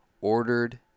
ordered